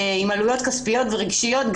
עם עלויות כספיות ורגשיות.